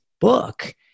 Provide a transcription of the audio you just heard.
book